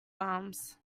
arms